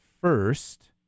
first